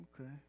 Okay